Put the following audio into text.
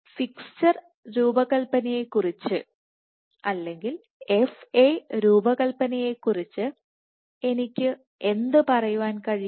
fixture രൂപകൽപ്പനയെക്കുറിച്ച് F A രൂപകൽപ്പനയെക്കുറിച്ച് എനിക്ക് എന്ത് പറയാൻ കഴിയും